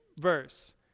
verse